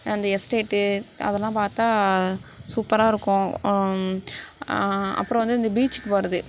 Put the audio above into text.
அந்த எஸ்டேட் அதெல்லாம் பார்த்தா சூப்பராக இருக்கும் அப்புறம் வந்து இந்த பீச்சிக்கு போகிறது